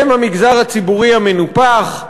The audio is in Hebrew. הם המגזר הציבורי המנופח,